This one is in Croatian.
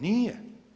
Nije.